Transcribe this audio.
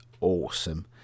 awesome